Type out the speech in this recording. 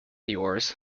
yours